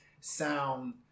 sound